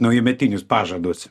naujametinius pažadus